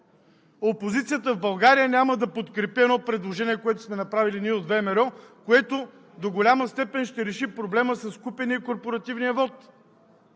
опозицията в България няма да подкрепи едно предложение, което сме направили от ВМРО, което до голяма степен ще реши проблема с купения и корпоративния вот.